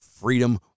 Freedom